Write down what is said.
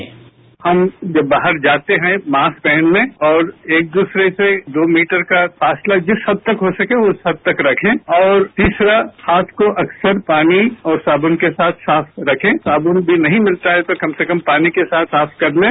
bite हम जब बाहर जाते हैं मास्क पहन लें और एक दूसरे से दो मीटर का फासला जिस हद तक हो सके उस हद तक रखें और तीसरा हाथ को अकसर पानी और साबुन के साथ साफ रखें साबुन भी नहीं मिलता है तो कम से कम पानी के साथ साफ कर लें